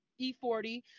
E40